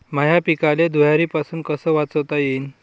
माह्या पिकाले धुयारीपासुन कस वाचवता येईन?